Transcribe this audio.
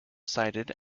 cited